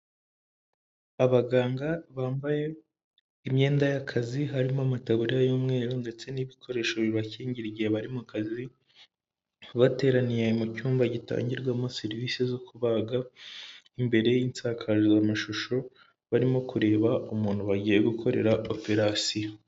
Abaganga bambaye imyenda y'akazi, harimo amataburiya y'umweru ndetse n'ibikoresho bibakingira igihe bari mu kazi, bateraniye mu cyumba gitangirwamo serivise zo kubaga imbere y'insakazamashusho, barimo kureba umuntu bagiye gukorera operasiyo.